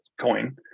coin